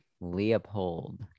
Leopold